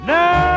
Now